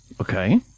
Okay